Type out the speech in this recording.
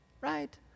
Right